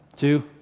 Two